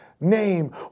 name